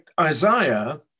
Isaiah